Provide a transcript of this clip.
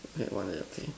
okay one at the their pay